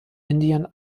indian